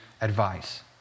advice